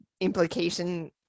implication